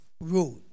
road